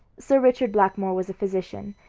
sir richard blackmore was a physician,